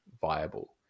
viable